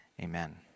amen